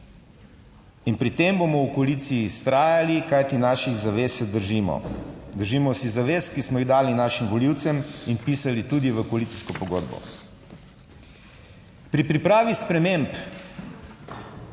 In pri tem bomo v koaliciji vztrajali, kajti naših zavez se držimo, držimo se zavez, ki smo jih dali našim volivcem in pisali tudi v koalicijsko pogodbo. Pri pripravi sprememb